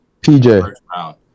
pj